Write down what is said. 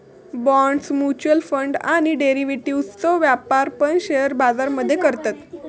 bonds, mutual fund आणि डेरिव्हेटिव्ह्जचो व्यापार पण शेअर बाजार मध्ये करतत